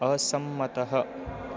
असम्मतः